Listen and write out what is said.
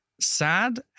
sad